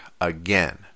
again